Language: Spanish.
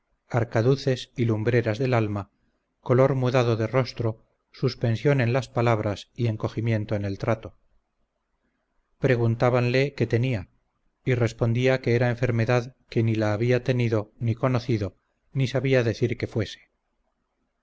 ojos arcaduces y lumbreras del alma color mudado de rostro suspensión en las palabras y encogimiento en el trato preguntabanle qué tenia y respondía que era enfermedad que ni la había tenido ni conocido ni sabía decir qué fuese